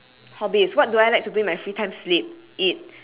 hobbies what do I like to do in my free time sleep eat